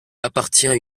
appartient